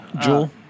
Jewel